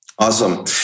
Awesome